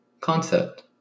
concept